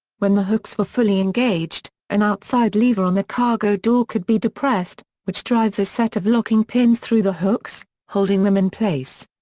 when the hooks were fully engaged, an outside lever on the cargo door could be depressed, which drives a set of locking pins through the hooks, holding them in place.